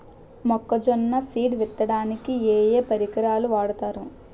మొక్కజొన్న సీడ్ విత్తడానికి ఏ ఏ పరికరాలు వాడతారు?